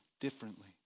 differently